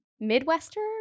Midwestern